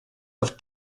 auf